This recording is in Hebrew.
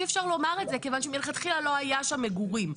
כיוון שמלכתחילה לא היו שם מגורים.